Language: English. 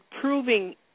proving